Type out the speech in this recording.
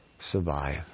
survive